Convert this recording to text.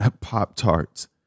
Pop-Tarts